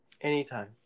Anytime